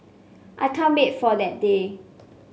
I can't wait for that day